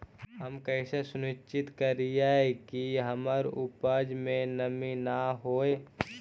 हम कैसे सुनिश्चित करिअई कि हमर उपज में नमी न होय?